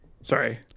Sorry